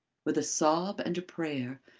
with a sob and a prayer,